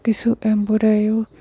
কিছু এমব্ৰইডাৰীও